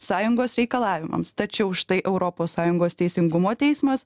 sąjungos reikalavimams tačiau štai europos sąjungos teisingumo teismas